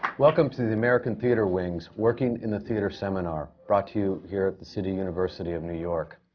welcome to the american theatre wing's working in the theatre seminar, brought to you here at the city university of new york.